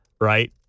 right